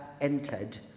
entered